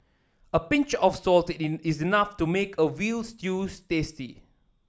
a pinch of salt in is enough to make a veal stews tasty